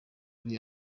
kuri